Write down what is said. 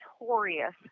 notorious